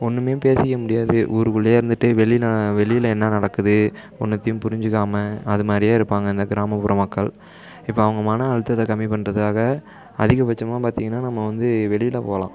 ஒன்றுமே பேசிக்க முடியாது ஊருக்குள்ளேயே இருந்துட்டு வெளியில் வெளியில் என்ன நடக்குது ஒன்றுத்தையும் புரிஞ்சுக்காம அதுமாதிரியே இருப்பாங்க இந்த கிராமப்புற மக்கள் இப்போ அவங்க மன அழுத்தத்தை கம்மி பண்ணுறதுக்காக அதிகபட்சமாக பார்த்தீங்கனா நம்ம வந்து வெளியில் போகலாம்